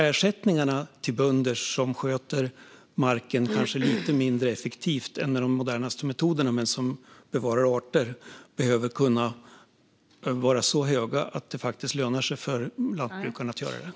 Ersättningarna till bönder som kanske sköter marken lite mindre effektivt än med de modernaste metoderna men som bevarar arter behöver vara så höga att det faktiskt lönar sig för lantbrukarna att göra detta.